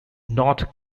not